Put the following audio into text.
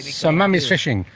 so mummy's fishing.